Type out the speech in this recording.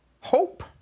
hope